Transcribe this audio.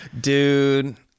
Dude